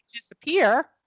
Disappear